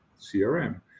CRM